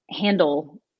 handle